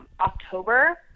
October